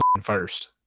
first